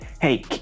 hey